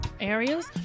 areas